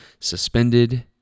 suspended